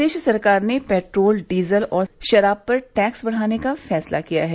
प्रदेश सरकार ने petrol diesel और शराब पर टैक्स बढ़ाने का फैसला किया है